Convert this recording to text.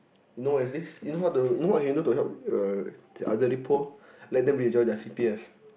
you know what is this you know how to you know what you can do to help uh the elderly poor let them withdraw their C_P_F